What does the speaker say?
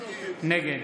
נגד